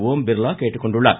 ஓம்பிர்லா கேட்டுக்கொண்டுள்ளார்